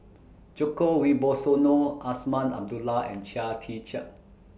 Djoko Wibisono Azman Abdullah and Chia Tee Chiak